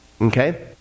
Okay